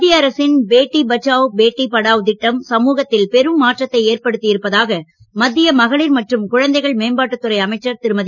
மத்திய அரசின் பேட்டி பச்சாவ் பேட்டி படாவ் திட்டம் சமூகத்தில் பெரும் மாற்றத்தை ஏற்படுத்தியிருப்பதாக மத்திய மகளிர் மற்றும் குழந்தைகள் மேம்பாட்டு துறை அமைச்சர் திருமதி